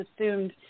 assumed